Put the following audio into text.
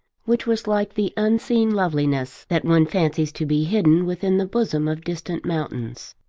which was like the unseen loveliness that one fancies to be hidden within the bosom of distant mountains.